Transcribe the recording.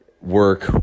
work